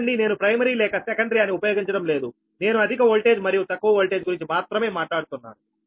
చూడండి నేను ప్రైమరీ లేక సెకండరీ అని ఉపయోగించడం లేదు నేను అధిక వోల్టేజ్ మరియు తక్కువ వోల్టేజ్ గురించి మాత్రమే మాట్లాడుతున్నాను